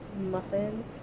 muffin